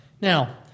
Now